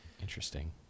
Interesting